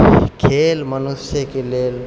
खेल मनुष्यके लेल